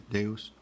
Deus